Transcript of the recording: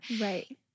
right